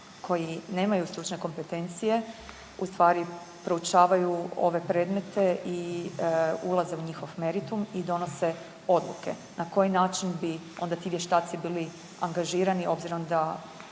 koji nemaju stručne kompetencije u stvari proučavaju ove predmete i ulaze u njihov meritum i donose odluke. Na koji način bi onda ti vještaci bili angažirani obzirom da